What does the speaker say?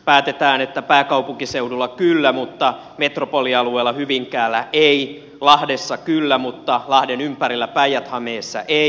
päätetään että pääkaupunkiseudulla kyllä mutta metropolialueella hyvinkäällä ei lahdessa kyllä mutta lahden ympärillä päijät hämeessä ei